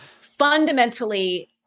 fundamentally